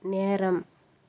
நேரம்